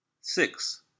Six